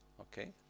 okay